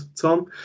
Tom